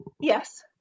Yes